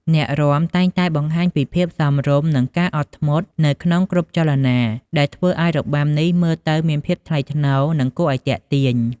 អ្នករាំតែងតែបង្ហាញពីភាពសមរម្យ និងការអត់ធ្មត់នៅក្នុងគ្រប់ចលនា ដែលធ្វើឲ្យរបាំនេះមើលទៅមានភាពថ្លៃថ្នូរ និងគួរឲ្យទាក់ទាញ។